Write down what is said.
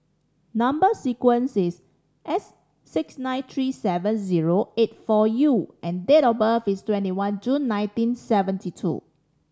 number sequence is S six nine three seven zero eight four U and date of birth is twenty one June nineteen seventy two